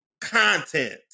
content